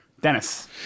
Dennis